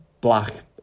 black